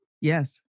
yes